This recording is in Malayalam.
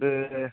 അത്